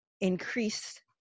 increase